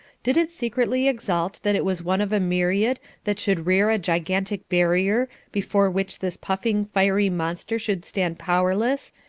did it secretly exult that it was one of a myriad that should rear a gigantic barrier before which this puffing fiery monster should stand powerless,